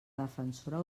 defensora